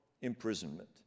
imprisonment